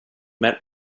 met